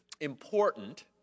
important